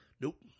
Nope